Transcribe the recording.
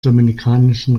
dominikanischen